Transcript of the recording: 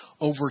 over